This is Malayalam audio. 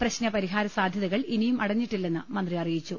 പ്രശ്ന പരി ഹാര സാധ്യതകൾ ഇനിയും അടഞ്ഞിട്ടില്ലെന്ന് മന്ത്രി അറിയിച്ചു